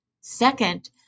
Second